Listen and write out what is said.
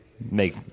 make